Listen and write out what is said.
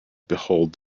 behold